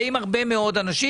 הרבה מאוד אנשים.